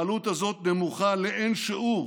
העלות הזאת נמוכה לאין שיעור